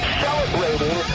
celebrating